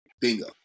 Bingo